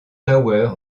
tower